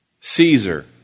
Caesar